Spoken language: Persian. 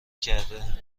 کرده